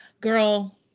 Girl